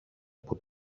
από